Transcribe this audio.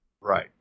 Right